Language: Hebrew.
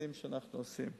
צעדים שאנחנו עושים.